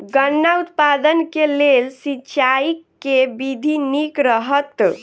गन्ना उत्पादन केँ लेल सिंचाईक केँ विधि नीक रहत?